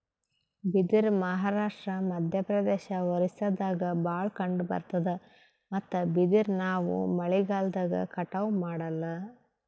ಬಿದಿರ್ ಮಹಾರಾಷ್ಟ್ರ, ಮಧ್ಯಪ್ರದೇಶ್, ಒರಿಸ್ಸಾದಾಗ್ ಭಾಳ್ ಕಂಡಬರ್ತಾದ್ ಮತ್ತ್ ಬಿದಿರ್ ನಾವ್ ಮಳಿಗಾಲ್ದಾಗ್ ಕಟಾವು ಮಾಡಲ್ಲ